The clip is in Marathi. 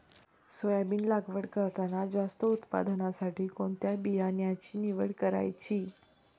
सोयाबीन लागवड करताना जास्त उत्पादनासाठी कोणत्या बियाण्याची निवड करायची?